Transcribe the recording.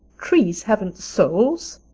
trees haven't souls,